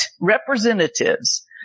representatives